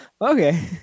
Okay